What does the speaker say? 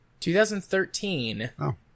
2013